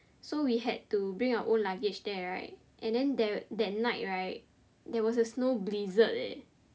so we had to bring our own luggage there right and then ther~ that night right there was a snow blizzard leh